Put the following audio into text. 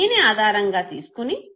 దీని ఆధారంగా తీసుకుని J